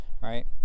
Right